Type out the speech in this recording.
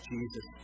Jesus